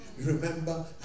Remember